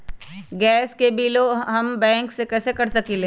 Gas के बिलों हम बैंक से कैसे कर सकली?